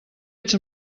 ets